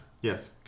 Yes